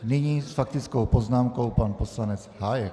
Nyní s faktickou poznámkou pan poslanec Hájek.